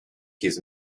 his